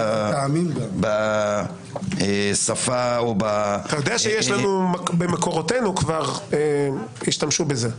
אתה יודע שכבר במקורותינו השתמשו בזה.